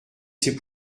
c’est